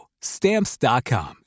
Stamps.com